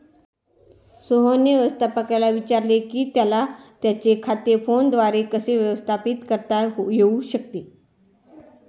सोहनने व्यवस्थापकाला विचारले की त्याला त्याचे खाते फोनद्वारे कसे व्यवस्थापित करता येऊ शकते